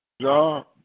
job